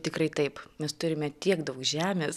tikrai taip mes turime tiek daug žemės